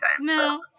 No